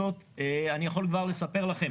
אני יכול כבר לספר לכם